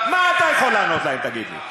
מה אתה יכול לענות להן, תגיד לי?